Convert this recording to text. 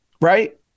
right